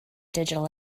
digital